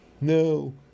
No